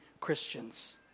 Christians